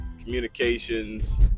communications